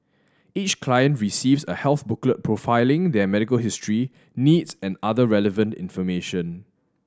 each client receives a health booklet profiling their medical history needs and other relevant information